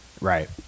right